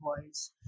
boys